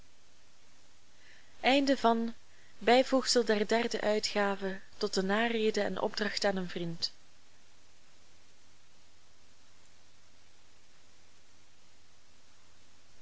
der derde uitgave tot de narede en opdracht aan een vriend